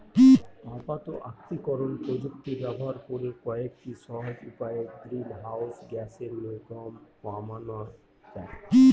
অবাত আত্তীকরন প্রযুক্তি ব্যবহার করে কয়েকটি সহজ উপায়ে গ্রিনহাউস গ্যাসের নির্গমন কমানো যায়